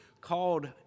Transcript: called